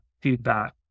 feedback